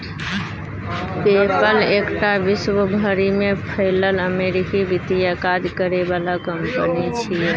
पे पल एकटा विश्व भरि में फैलल अमेरिकी वित्तीय काज करे बला कंपनी छिये